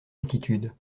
altitude